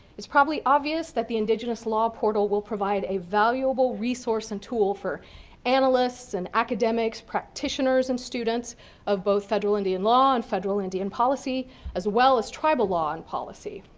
it's probably obvious that the indigenous law portal will provide a valuable resource and tool for analysts and academics, practitioners and students of both federal indian law and federal indian policy as well as tribal law and policy.